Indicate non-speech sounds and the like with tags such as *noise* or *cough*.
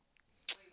*noise*